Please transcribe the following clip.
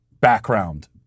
background